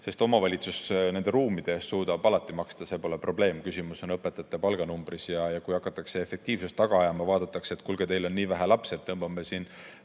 sest omavalitsus nende ruumide eest suudab alati maksta, see pole probleem, küsimus on õpetajate palganumbris. Ja kui hakatakse efektiivsust taga ajama, vaadatakse, et kuulge, teil on nii vähe lapsi, et tõmbame siin